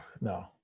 no